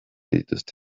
dituzte